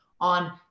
on